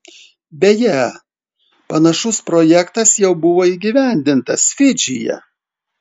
beje panašus projektas jau buvo įgyvendintas fidžyje